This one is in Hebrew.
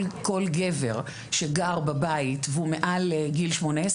כל גבר שגר בבית והוא מעל גיל 18,